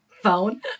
phone